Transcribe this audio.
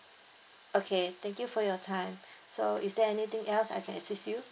okay thank you for your time so is there anything else I can assist you